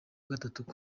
gatanu